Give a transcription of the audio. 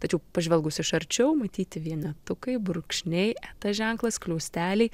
tačiau pažvelgus iš arčiau matyti vienetukai brūkšniai tas ženklas skliausteliai